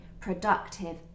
Productive